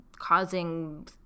causing